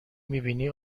میبینی